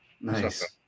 Nice